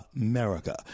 America